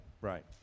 right